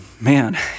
Man